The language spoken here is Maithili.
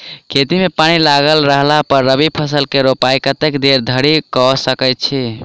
खेत मे पानि लागल रहला पर रबी फसल केँ रोपाइ कतेक देरी धरि कऽ सकै छी?